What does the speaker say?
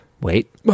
Wait